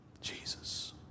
Jesus